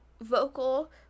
vocal